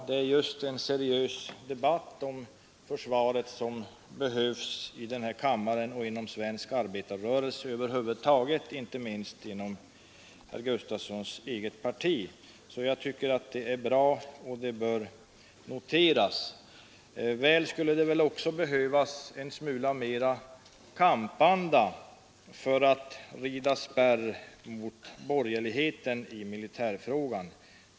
Det är just en seriös debatt om försvaret som behövs i denna kammare och inom svensk arbetarrörelse över huvud taget, inte minst inom herr Gustavssons eget parti. Jag tycker därför att herr Gustavssons uttalande är bra och bör noteras. Det är väl helt klart att det skulle behövas en smula mera av kampanda inom socialdemokratin för att rida spärr mot borgerligheten i militärfrågan.